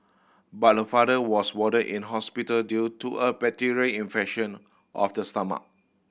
but her father was warded in hospital due to a bacterial infection of the stomach